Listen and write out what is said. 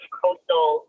coastal